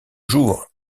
jours